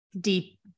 Deep